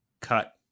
cut